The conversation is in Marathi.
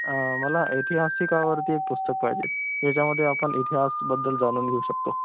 मला ऐतिहासिकावरती एक पुस्तक पाहिजे ज्याच्यामध्ये आपण इतिहासबद्दल जाणून घेऊ शकतो